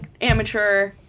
amateur